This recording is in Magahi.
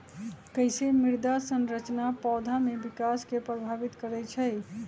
कईसे मृदा संरचना पौधा में विकास के प्रभावित करई छई?